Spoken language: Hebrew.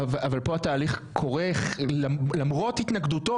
אבל פה התהליך קורא למרות התנגדותו,